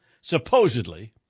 supposedly